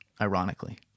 ironically